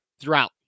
throughout